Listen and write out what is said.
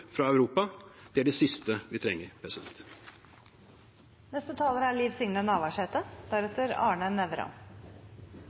fra Europa, og det er det siste vi trenger.